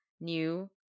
new